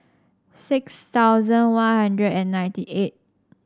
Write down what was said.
six thousand One Hundred and ninety eight